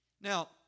Now